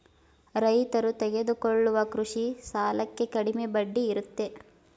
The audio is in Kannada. ರೈತರು ತೆಗೆದುಕೊಳ್ಳುವ ಕೃಷಿ ಸಾಲಕ್ಕೆ ಕಡಿಮೆ ಬಡ್ಡಿ ಇರುತ್ತೆ